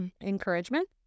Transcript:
encouragement